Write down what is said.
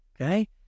Okay